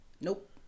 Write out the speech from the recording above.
Nope